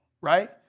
Right